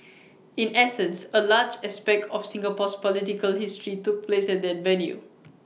in essence A large aspect of Singapore's political history took place at that venue